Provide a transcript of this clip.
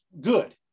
good